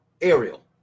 Ariel